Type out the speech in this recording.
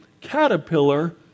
caterpillar